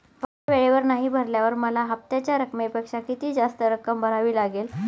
हफ्ता वेळेवर नाही भरल्यावर मला हप्त्याच्या रकमेपेक्षा किती जास्त रक्कम भरावी लागेल?